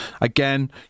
again